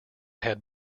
had